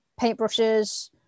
paintbrushes